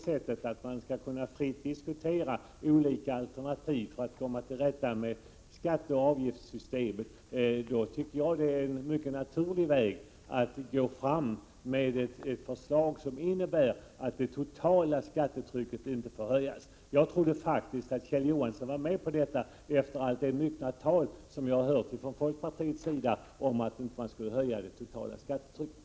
Skall man kunna fritt diskutera olika alternativ för att komma till rätta med skatteoch avgiftssystemet, då tycker jag det är en mycket naturlig väg att gå, för det innebär att man kan bestämma att det totala skattetrycket inte får höjas. Jag trodde faktiskt att Kjell Johansson var med på detta efter det myckna tal jag har hört från folkpartiets sida om att man inte skall höja det totala skattetrycket.